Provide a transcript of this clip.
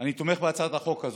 אני תומך בהצעת החוק הזאת.